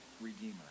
redeemer